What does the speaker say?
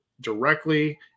directly